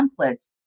templates